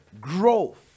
growth